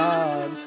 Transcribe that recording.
God